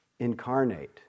incarnate